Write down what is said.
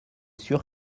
sûr